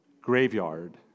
graveyard